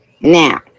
Now